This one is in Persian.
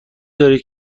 دارید